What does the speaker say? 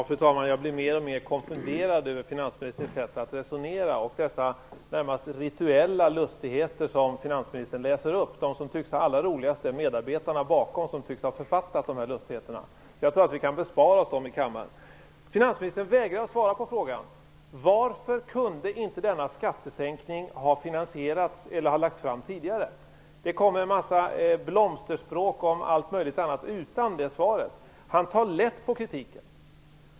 Fru talman! Jag blir mer och mer konfunderad över finansministerns sätt att resonera, med dessa närmast rituella lustigheter som finansministern läser upp. De som har allra roligast är medarbetarna, som tycks ha författat lustigheterna. Jag tror att vi kan bespara oss dem i kammaren. Finansministern vägrar svara på frågan: Varför kunde inte denna skattesänkning ha lagts fram tidigare? Det kommer en massa på blomsterspråk om allt möjligt utom svaret på den frågan. Han tar lätt på kritiken.